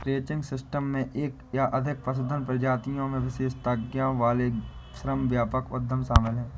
ranching system में एक या अधिक पशुधन प्रजातियों में विशेषज्ञता वाले श्रम व्यापक उद्यम शामिल हैं